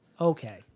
okay